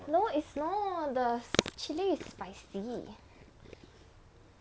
no is not the chili is spicy